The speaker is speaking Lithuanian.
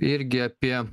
irgi apie